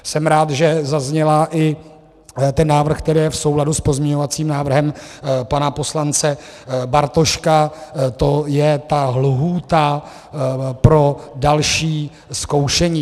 Jsem rád, že zazněl i návrh, který je v souladu s pozměňovacím návrhem pana poslance Bartoška, to je ta lhůta pro další zkoušení.